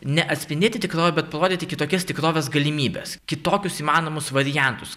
ne atspindėti tikrovę bet parodyti kitokias tikrovės galimybes kitokius įmanomus variantus